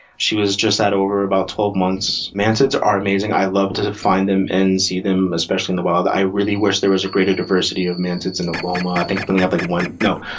she was just over about twelve months. mantids are amazing. i love to find them and see them, especially in the wild. i really wish there was a greater diversity of mantids in oklahoma. i think when we have, like, one. no,